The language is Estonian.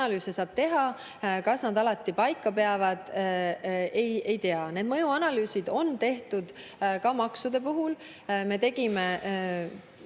mõjuanalüüse saab teha, aga kas need alati paika peavad, ei tea. Need mõjuanalüüsid on tehtud ka maksude puhul. Me tulime